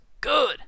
Good